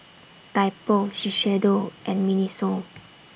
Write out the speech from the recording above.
Typo Shiseido and Miniso